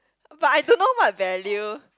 but I don't know what value